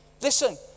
Listen